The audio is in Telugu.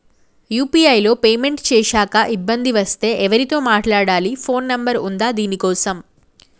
యూ.పీ.ఐ లో పేమెంట్ చేశాక ఇబ్బంది వస్తే ఎవరితో మాట్లాడాలి? ఫోన్ నంబర్ ఉందా దీనికోసం?